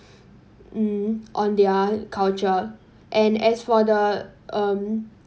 mm on their culture and as for the um